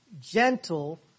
gentle